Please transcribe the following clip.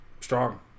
Strong